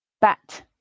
Bat